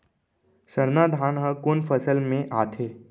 सरना धान ह कोन फसल में आथे?